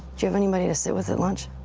you have anybody to sit with at lunch?